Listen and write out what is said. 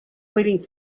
waiting